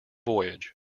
voyage